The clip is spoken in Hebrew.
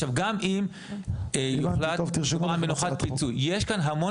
גם אם יוחלט על יום מנוחה אחר יש כאן המון